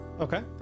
Okay